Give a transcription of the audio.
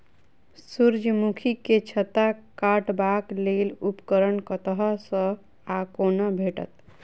सूर्यमुखी केँ छत्ता काटबाक लेल उपकरण कतह सऽ आ कोना भेटत?